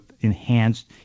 enhanced